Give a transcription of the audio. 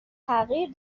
تغییر